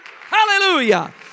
Hallelujah